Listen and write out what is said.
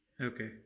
Okay